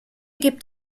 gibt